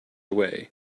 away